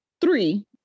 three